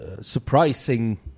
surprising